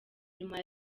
nyuma